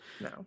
No